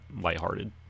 lighthearted